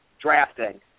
drafting